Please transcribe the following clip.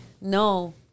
No